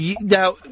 Now